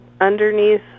underneath